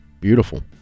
beautiful